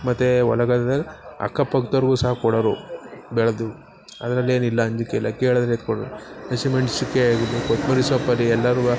ಮತ್ತೆ ಹೊಲ ಗದ್ದೇಲಿ ಅಕ್ಕಪಕ್ಕದೋರ್ಗು ಸಹ ಕೊಡೋರು ಬೆಳೆದು ಅದರಲ್ಲೇನಿಲ್ಲ ಅಂಜಿಕಿಲ್ಲ ಕೇಳಿದರೆ ಎತ್ತಿ ಕೊಡೋರು ಹಸಿಮೆಣ್ಸಿಕಾಯಿ ಆಗಿಲಿ ಕೊತ್ಮಿರಿ ಸೊಪ್ಪು ಆಗ್ಲಿ ಎಲ್ಲರೂ